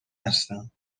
هستم